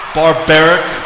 barbaric